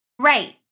Right